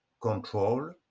control